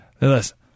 Listen